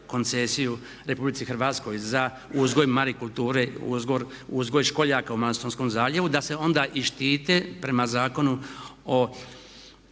koncesiju RH za uzgoj marikulture, uzgoj školjaka u Malostonskom zaljevu da se onda i štite prema Zakonu o